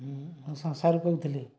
ସଂସାରୁ କହୁଥିଲି